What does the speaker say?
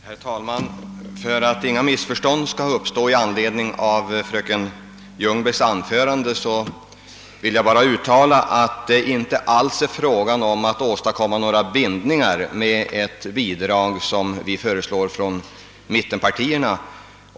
Herr talman! För att inga missförstånd skall uppstå i anledning av fröken Ljungbergs anförande vill jag uttala att det inte alls är fråga om att åstadkomma några bindningar med det bidrag, som mittenpartierna föreslår.